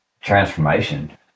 transformation